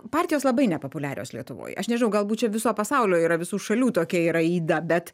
partijos labai nepopuliarios lietuvoj aš nežinau galbūt čia viso pasaulio yra visų šalių tokia yra yda bet